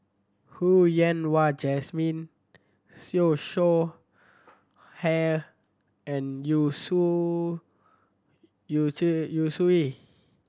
Ho Yen Wah Jesmine Siew Shaw Hair and Yu Su Yu Zhe Yu Suye